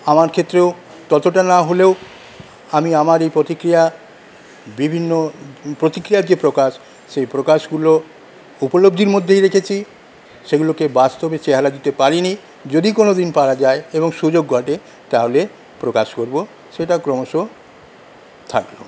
আমার ক্ষেত্রেও ততটা না হলেও আমি আমার এই প্রতিক্রিয়া বিভিন্ন প্রতিক্রিয়ার যে প্রকাশ সেই প্রকাশগুলো উপলব্ধির মধ্যেই রেখেছি সেগুলোকে বাস্তবে চেহারা দিতে পারিনি যদি কোনো দিন পারা যায় এবং সুযোগ ঘটে তাহলে প্রকাশ করব সেটা ক্রমশ থাকল